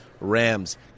Rams